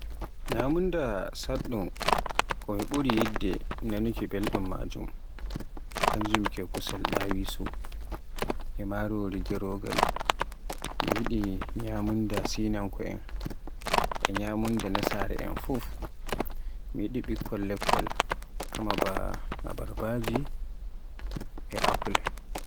Ñyamunda saɗɗum ko mi ɓuri yidde nanuki belɗum maajun, kanjum ke kusel ɗawisu, marori gerogaal, mi yiɗi ñyamunda sinanko en, e ñyamunda nasara'en fuf, mi yiɗi ɓikkol lekkol kamaa ba abarbaaji e apple.